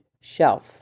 shelf